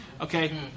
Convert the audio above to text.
Okay